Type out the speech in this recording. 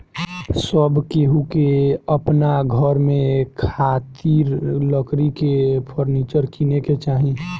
सब केहू के अपना घर में खातिर लकड़ी के फर्नीचर किने के चाही